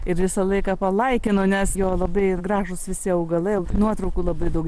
ir visą laiką palaikinu nes jo labai ir gražūs visi augalai nuotraukų labai daug